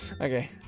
Okay